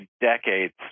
decades